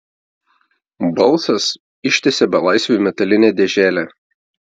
balsas ištiesė belaisviui metalinę dėželę